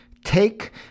Take